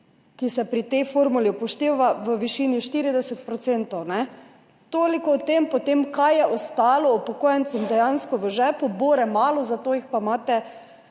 ki se pri tej formuli upošteva v višini 40 %. Toliko o tem, kaj je potem ostalo upokojencem dejansko v žepu. Bore malo, zato jih pa imate